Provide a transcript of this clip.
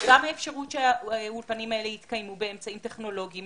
גם האפשרות שהאולפנים האלה יתקיימו באמצעים טכנולוגיים,